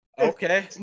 okay